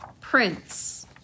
Prince